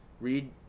read